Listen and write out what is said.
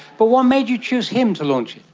but what made you choose him to launch it?